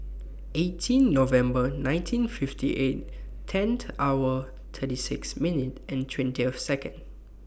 eighteen November nineteen fifty eight tent hours thirty six minutes and twenty of Seconds